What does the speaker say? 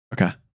Okay